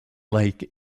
lake